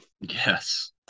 Yes